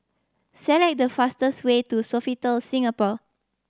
select the fastest way to Sofitel Singapore